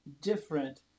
different